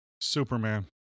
Superman